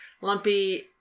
Lumpy